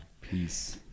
Peace